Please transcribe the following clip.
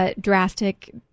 Drastic